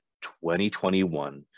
2021